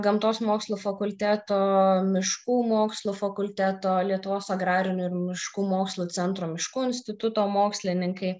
gamtos mokslų fakulteto miškų mokslų fakulteto lietuvos agrarinių ir miškų mokslų centro miškų instituto mokslininkai